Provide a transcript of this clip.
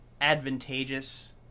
advantageous